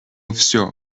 всё